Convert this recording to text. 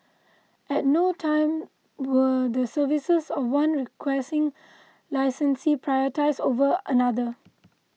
at no time were the services of one Requesting Licensee prioritised over another